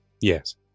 Yes